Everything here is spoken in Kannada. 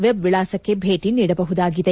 ವೆಬ್ ವಿಳಾಸಕ್ಕೆ ಭೇಟಿ ನೀಡಬಹುದಾಗಿದೆ